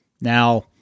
Now